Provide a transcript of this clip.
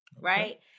right